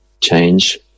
change